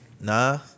nah